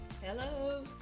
Hello